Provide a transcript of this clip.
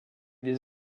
des